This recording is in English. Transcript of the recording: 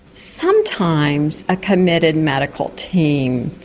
sometimes a committed medical team,